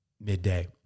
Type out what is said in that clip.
midday